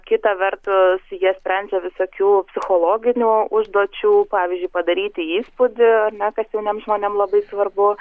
kita vertus jie sprendžia visokių psichologinių užduočių pavyzdžiui padaryti įspūdį ar ne kas jauniem žmonėm labai svarbu